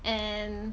and